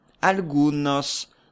Algunos